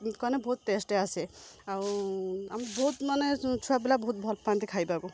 ଏମିତି କନେ ବହୁତ ଟେଷ୍ଟ ଆସେ ଆଉ ଆମେ ବହୁତ ମାନେ ଛୁଆପିଲା ବହୁତ ଭଲ ପାଆନ୍ତି ଖାଇବାକୁ